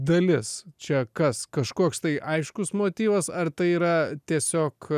dalis čia kas kažkoks tai aiškus motyvas ar tai yra tiesiog